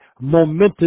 momentous